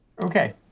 Okay